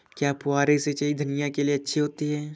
क्या फुहारी सिंचाई धनिया के लिए अच्छी होती है?